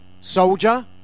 soldier